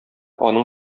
аның